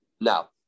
now